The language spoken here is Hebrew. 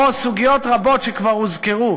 או סוגיות רבות שכבר הוזכרו,